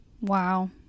Wow